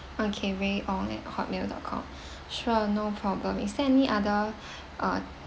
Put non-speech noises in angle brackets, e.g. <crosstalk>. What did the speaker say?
okay rey ong at Hotmail dot com <breath> sure no problem is there any other <breath> uh